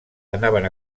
anaven